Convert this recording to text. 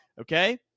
Okay